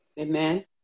Amen